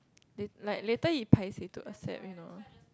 they like later he paiseh to accept you know